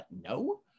No